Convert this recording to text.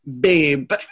babe